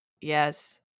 Yes